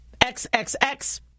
XXX